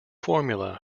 formula